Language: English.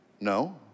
No